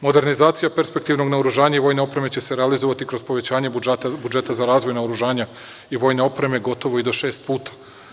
Modernizacija perspektivnog naoružanja i vojne opreme će se realizovati kroz povećanje budžeta za razvoj naoružanja i vojne opreme gotovo i do šest puta.